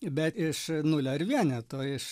be iš nulio ir vieneto iš